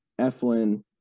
Eflin